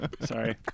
Sorry